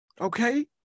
Okay